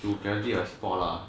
to guarantee a spot lah